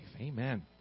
Amen